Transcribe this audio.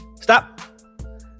Stop